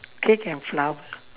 cake and flower